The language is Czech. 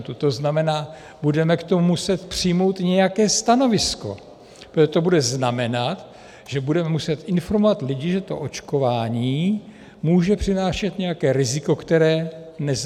To znamená, budeme k tomu muset přijmout nějaké stanovisko, protože to bude znamenat, že budeme muset informovat lidi, že to očkování může přinášet nějaké riziko, které neznáme.